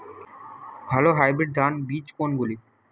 ভালো হাইব্রিড ধান বীজ কোনগুলি?